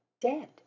dead